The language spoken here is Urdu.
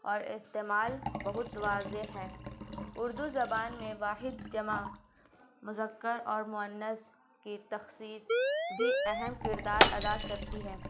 اور استعمال بہت واضح ہے اردو زبان میں واحد جمع مذکر اور مؤنث کی تخصیص بھی اہم کردار ادا کرتی ہے